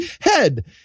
head